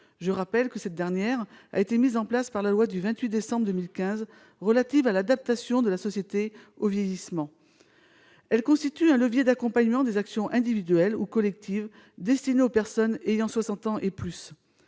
d'autonomie. Cette instance a été mise en place par la loi du 28 décembre 2015 relative à l'adaptation de la société au vieillissement. Elle constitue un levier d'accompagnement des actions individuelles ou collectives destinées aux personnes âgées de soixante ans et plus.